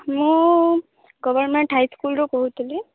ମୁଁ government high ସ୍କୁଲରୁ କହୁଥିଲି